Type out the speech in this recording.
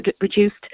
reduced